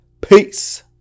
peace